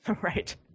Right